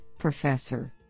Professor